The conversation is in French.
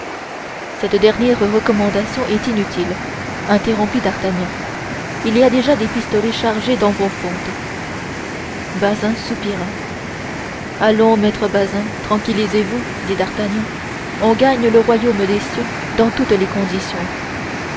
cette dernière recommandation est inutile interrompit d'artagnan il y a des pistolets chargés dans vos fontes bazin soupira allons maître bazin tranquillisez-vous dit d'artagnan on gagne le royaume des cieux dans toutes les conditions